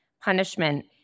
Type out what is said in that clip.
punishment